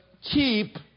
keep